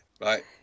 right